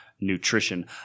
nutrition